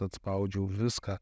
atspaudžiau viską